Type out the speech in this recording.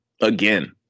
again